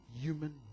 human